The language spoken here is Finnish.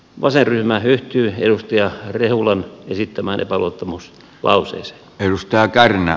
vasenryhmä yhtyy edustaja rehulan esittämään epäluottamuslauseeseen